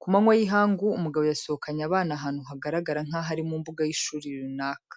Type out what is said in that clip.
Kumanywa y'ihangu umugabo yasohokanye abana ahantu hagaragara nkaho ari mu mbuga y'ishuri runaka,